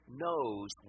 knows